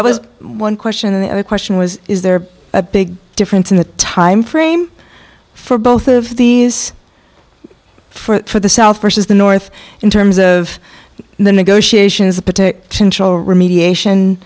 that was one question and the question was is there a big difference in the time frame for both of these for the south versus the north in terms of the negotiations to protect chinchilla remediation